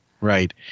right